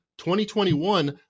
2021